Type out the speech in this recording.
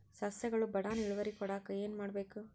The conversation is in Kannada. ಸಸ್ಯಗಳು ಬಡಾನ್ ಇಳುವರಿ ಕೊಡಾಕ್ ಏನು ಮಾಡ್ಬೇಕ್?